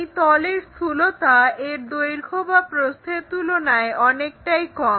এই তলের স্থূলতা এর দৈর্ঘ্য বা প্রস্থের তুলনায় অনেকটাই কম